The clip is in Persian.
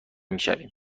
هستیم